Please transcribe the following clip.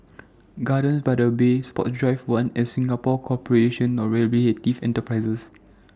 Gardens By The Bay Sports Drive one and Singapore Corporation of Rehabilitative Enterprises